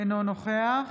אינו נוכח